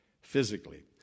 physically